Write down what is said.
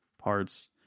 parts